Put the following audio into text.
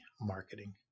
marketing